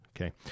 Okay